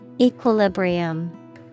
Equilibrium